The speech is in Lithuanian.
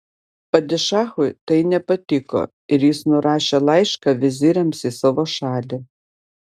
padišachui tai nepatiko ir jis nurašė laišką viziriams į savo šalį